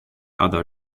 other